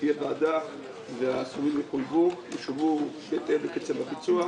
תהיה ועדה והסכומים יחויבו וישולמו בהתאם לקצב הביצוע.